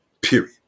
period